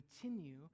continue